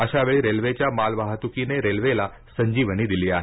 अशा वेळी रेल्वेच्या मालवाहतुकीने रेल्वेला संजीवनी दिली आहे